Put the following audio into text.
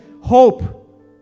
hope